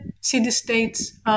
city-state's